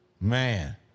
Man